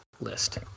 list